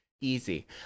Easy